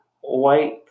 white